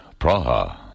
Praha. (